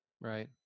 Right